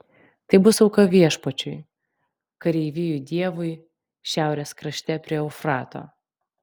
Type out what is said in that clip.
tai bus auka viešpačiui kareivijų dievui šiaurės krašte prie eufrato